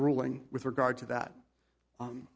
ruling with regard to that